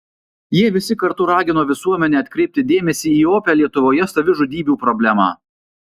jie visi kartu ragino visuomenę atkreipti dėmesį į opią lietuvoje savižudybių problemą